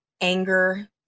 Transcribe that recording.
Anger